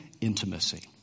intimacy